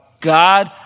God